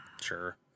sure